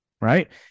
right